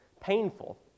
painful